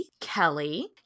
Kelly